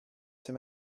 ses